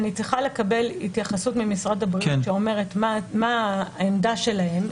אני צריכה לקבל התייחסות ממשרד הבריאות שאומרת מה העמדה שלהם.